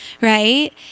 right